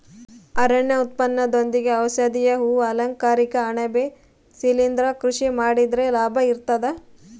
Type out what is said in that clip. ಅರಣ್ಯ ಉತ್ಪನ್ನದೊಂದಿಗೆ ಔಷಧೀಯ ಹೂ ಅಲಂಕಾರಿಕ ಅಣಬೆ ಶಿಲಿಂದ್ರ ಕೃಷಿ ಮಾಡಿದ್ರೆ ಲಾಭ ಇರ್ತದ